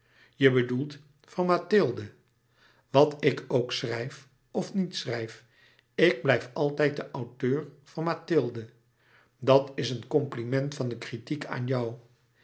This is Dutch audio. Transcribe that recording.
je bedoelt van mathilde wat ik ook schrijf of niet schrijf ik blijf altijd de auteur van mathilde dat is een compliment van de kritiek aan jou